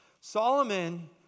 Solomon